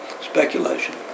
speculation